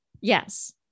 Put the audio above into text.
Yes